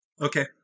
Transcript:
Okay